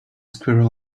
squirrel